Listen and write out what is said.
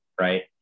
right